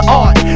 art